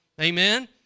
Amen